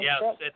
Yes